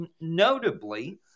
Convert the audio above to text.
notably